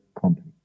company